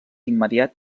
immediat